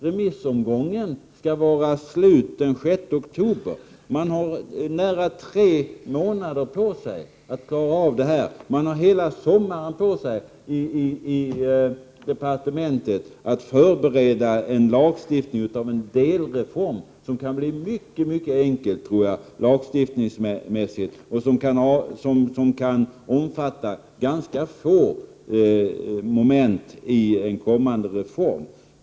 Remissomgången skall vara avslutad den 6 oktober. Man har nära tre månader på sig att klara av detta. Man har hela sommaren på sig i departementet att förbereda en lagstiftning för en delreform som lagstiftningsmässigt kan bli mycket enkel. Den kan omfatta ganska få moment i en kommande reform.